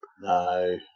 No